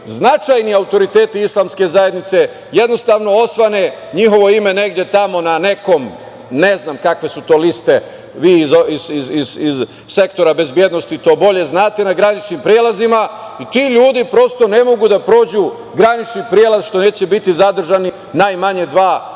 značajni autoriteti islamske zajednice jednostavno osvane njihovo ime negde tamo na nekom, ne znam kakve su to liste, vi iz sektora bezbednosti to bolje znate, na graničnim prelazima. Ti ljudi prosto ne mogu da prođu granični prelaz, što neće biti zadržani najmanje dva sata